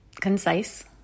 concise